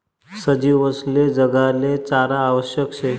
सजीवसले जगाले चारा आवश्यक शे